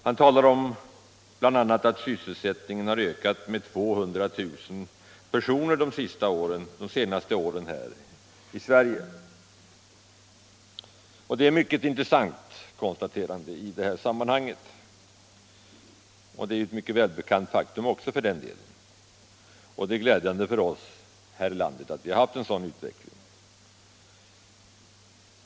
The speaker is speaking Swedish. Han talar bl.a. om att sysselsättningen ökat med 200 000 personer de senaste åren i Sverige, och det är ett mycket intressant konstaterande i det här sammanhanget. Det är för den delen också ett mycket välbekant faktum, och det är glädjande för oss att vi haft en sådan utveckling.